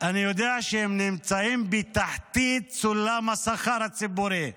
אני יודע שהם נמצאים בתחתית סולם השכר הציבורי.